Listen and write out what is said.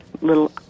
little